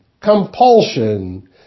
compulsion